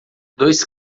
dois